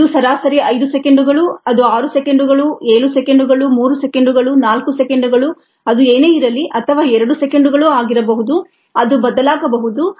ಇದು ಸರಾಸರಿ 5 ಸೆಕೆಂಡುಗಳು ಅದು 6 ಸೆಕೆಂಡುಗಳು 7 ಸೆಕೆಂಡುಗಳು 3 ಸೆಕೆಂಡುಗಳು 4 ಸೆಕೆಂಡುಗಳು ಅದು ಏನೇ ಇರಲಿ ಅಥವಾ 2 ಸೆಕೆಂಡುಗಳು ಆಗಿರಬಹುದು ಅದು ಬದಲಾಗಬಹುದು